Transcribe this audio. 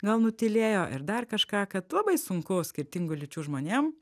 gal nutylėjo ir dar kažką kad labai sunku skirtingų lyčių žmonėm